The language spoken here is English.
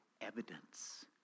evidence